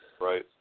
Right